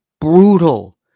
brutal